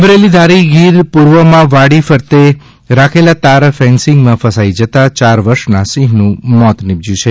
અમરેલી ધારી ગીર પૂર્વમાં વાડી ફરતે રાખેલા તાર ફેન્સિંગમાં ફસાઈ જતા ચાર વર્ષના સિંહનું મોત નિપજ્યું છે